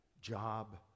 job